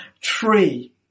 tree